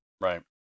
Right